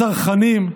הצרכנים,